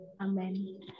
Amen